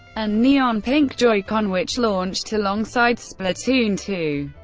and neon pink joy-con which launched alongside splatoon two.